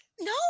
no